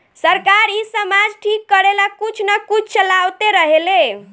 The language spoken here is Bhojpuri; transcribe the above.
सरकार इ समाज ठीक करेला कुछ न कुछ चलावते रहेले